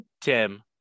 Tim